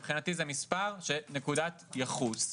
מבחינתי, זה מספר שהוא נקודת ייחוס.